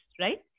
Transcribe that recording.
right